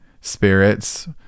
spirits